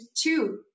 two